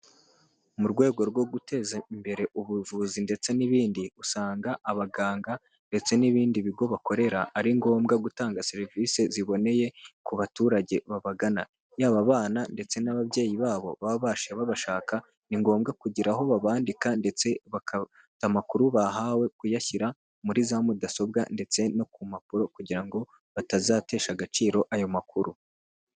Mu rwego rwo guteza imbere ubuvuzi ndetse n'ibindi usanga abaganga ndetse n'ibindi bigo bakorera ari ngombwa gutanga serivisi ziboneye ku baturage babagana, yaba abana ndetse n'ababyeyi babo baba baje babashaka ni ngombwa kugira aho babandika ndetse baka amakuru bahawe kuyashyira muri za mudasobwa ndetse no ku mpapuro kugira ngo batazatesha agaciro ayo makuru.